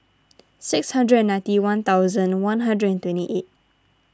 six hundred and ninety one thousand one hundred and twenty eight